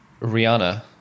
Rihanna